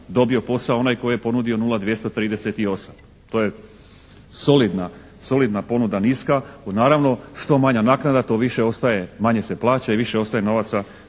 dobio posao onaj tko je ponudio 0238, to je solidna ponuda niska. Naravno, što manja naknada to više ostaje, manje se plaća i više ostaje novaca